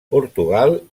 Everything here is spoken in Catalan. portugal